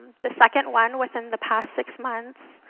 the second one, within the past six months.